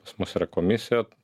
pas mus yra komisija